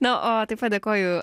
na o taip pat dėkoju